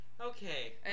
Okay